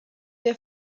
der